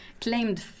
claimed